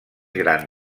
gran